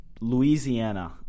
Louisiana